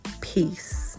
Peace